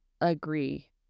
agree